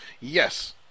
Yes